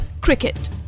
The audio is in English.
cricket